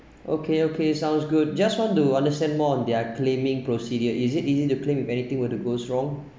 okay okay sounds good just want to understand more on their claiming procedure is it easy to claim if anything were to goes wrong